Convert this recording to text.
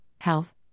health